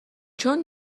چون